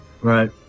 right